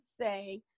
say